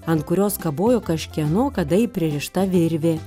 ant kurios kabojo kažkieno kadai pririšta virvė